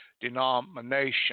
denomination